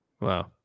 Wow